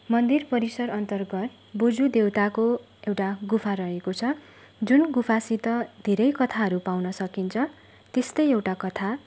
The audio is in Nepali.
मन्दिर परिसर अन्तर्गत बोजू देउताको एउटा गुफा रहेको छ जुन गुफासित धेरै कथाहरू पाउन सकिन्छ त्यस्तै एउटा कथा